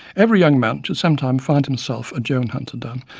every young man should sometime find himself a joan hunter-dunn.